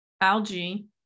algae